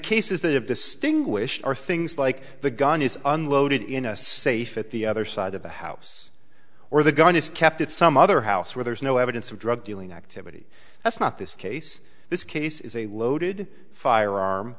cases that have distinguished are things like the gun is unloaded in a safe at the other side of the house or the gun is kept at some other house where there's no evidence of drug dealing activity that's not this case this case is a loaded firearm